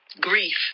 grief